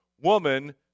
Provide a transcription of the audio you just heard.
woman